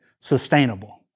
sustainable